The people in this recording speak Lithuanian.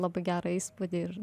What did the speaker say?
labai gerą įspūdį ir